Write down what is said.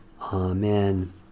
Amen